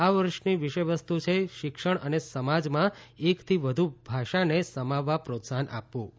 આ વર્ષની વિષય વસ્તુ છે શિક્ષણ અને સમાજમાં એકથી વધુ ભાષાને સમાવવા પ્રોત્સાહન આપવું